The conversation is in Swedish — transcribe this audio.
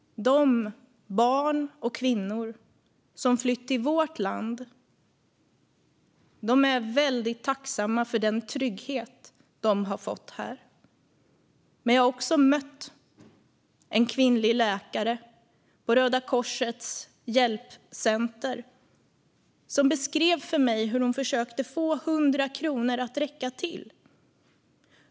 De barn och kvinnor som flytt till vårt land är väldigt tacksamma för den trygghet som de har fått här. Men jag har också mött en kvinnlig läkare på Röda Korsets hjälpcenter som beskrev för mig hur hon försökte att få 100 kronor att räcka till.